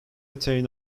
attain